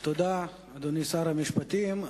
תודה, אדוני שר המשפטים.